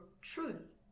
truth